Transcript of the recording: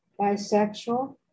bisexual